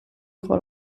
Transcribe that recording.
იყო